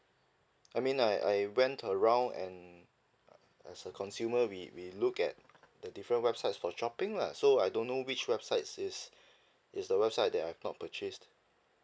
I mean I I went around and as a consumer we we look at the different websites for shopping lah so I don't know which website is is the website that I've not purchase